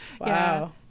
wow